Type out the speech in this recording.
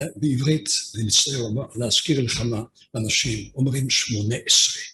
בעברית אני מנסה להזכיר לכם, אנשים אומרים שמונה עשרה.